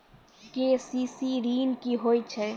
KCC ॠन की होय छै?